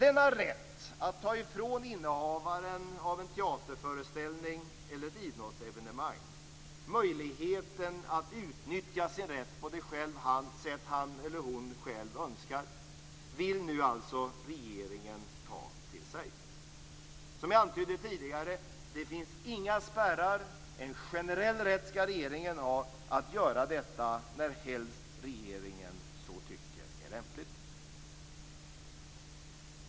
Denna rätt att ta ifrån innehavaren av en teaterföreställning eller ett idrottsevenemang möjligheten att utnyttja sin rätt på det sätt han eller hon själv önskar vill nu alltså regeringen ta till sig. Som jag antydde tidigare finns det inga spärrar. En generell rätt skall regeringen ha att göra detta närhelst regeringen så tycker är lämpligt.